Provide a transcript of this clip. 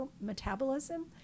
metabolism